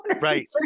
right